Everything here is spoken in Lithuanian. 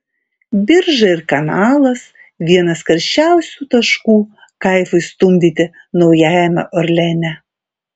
birža ir kanalas vienas karščiausių taškų kaifui stumdyti naujajame orleane